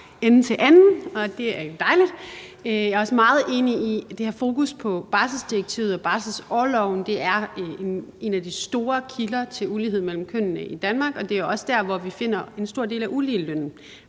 ende til anden, og det er jo dejligt. Jeg er også meget enig i det med at sætte fokus på barselsdirektivet og barselsorloven; det er en af de store kilder til ulighed mellem kønnene i Danmark, og det er også der, hvor vi finder en stor del af uligelønnen.